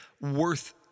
worth